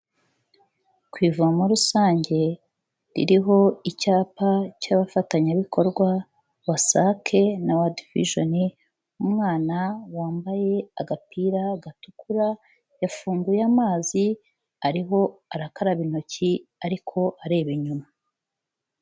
Ku ivomo rusange ririho icyapa cy'abafatanyabikorwa WASAC na World Vision, umwana wambaye agapira gatukura, yafunguye amazi, ariho arakaraba intoki ariko areba inyuma.